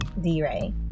D-Ray